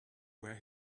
where